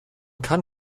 kann